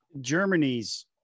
Germany's